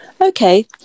Okay